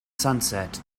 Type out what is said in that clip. sunset